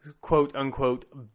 quote-unquote